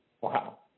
Wow